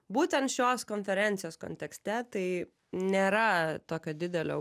būtent šios konferencijos kontekste tai nėra tokio didelio